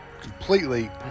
completely